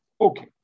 Okay